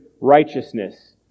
righteousness